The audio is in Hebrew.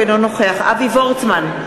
אינו נוכח אבי וורצמן,